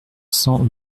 cent